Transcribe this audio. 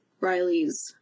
Riley's